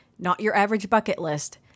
NOTYOURAVERAGEBUCKETLIST